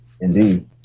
indeed